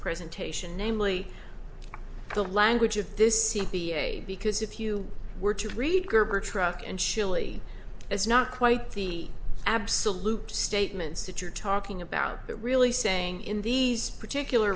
present taishan namely the language of this c p a because if you were to read gerber truck and chile as not quite the absolute statements that you're talking about that really saying in these particular